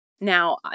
Now